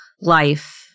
life